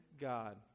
God